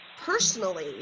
personally